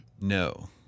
No